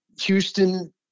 Houston